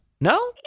No